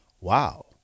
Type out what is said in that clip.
Wow